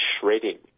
shredding